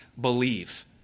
believe